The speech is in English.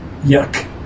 yuck